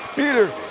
peter.